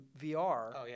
VR